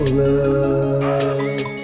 love